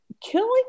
killing